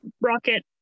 rocket